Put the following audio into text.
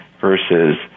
Versus